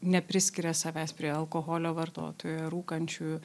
nepriskiria savęs prie alkoholio vartotojų rūkančių